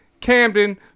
Camden